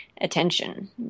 attention